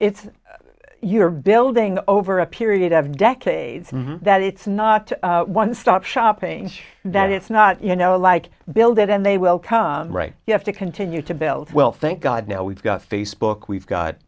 it's your building over a period of decades that it's not one stop shopping that it's not you know like build it and they will come right you have to continue to build well thank god now we've got facebook we've got